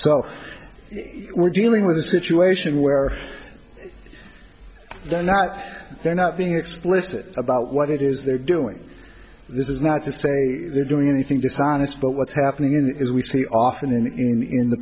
so we're dealing with a situation where they're not they're not being explicit about what it is they're doing this is not to say they're doing anything dishonest but what's happening in it is we see often in the in the